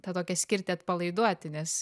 tą tokią skirti atpalaiduoti nes